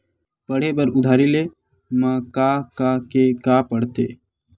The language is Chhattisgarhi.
पढ़े बर उधारी ले मा का का के का पढ़ते?